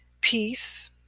peace